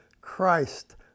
Christ